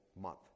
month